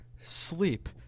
sleep